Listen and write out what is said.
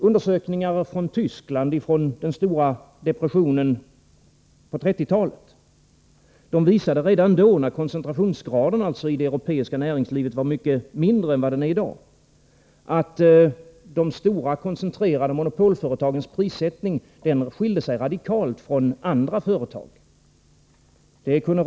Undersökningar i Tyskland om den stora depressionen på 1930-talet visar, och på 1930-talet var koncentrationsgraden inom det europeiska näringslivet mycket mindre än i dag, att de stora koncentrerade monopolföretagens prissättning redan då skilde sig radikalt från andra företags prissättning.